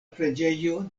preĝejo